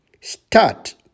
start